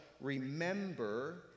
remember